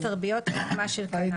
ותרביות רקמה של קנאביס.